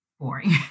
boring